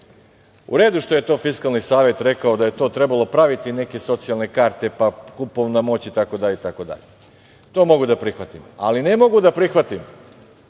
u redu što je Fiskalni savet rekao da je to trebalo praviti neke socijalne karte, pa kupovna moć, itd. To mogu da prihvatim, ali ne mogu da prihvatim